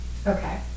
Okay